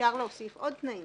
אפשר להוסיף עוד תנאים